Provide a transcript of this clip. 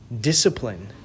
discipline